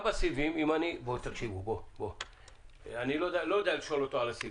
אני לא יודע לשאול אותו על הסיבים.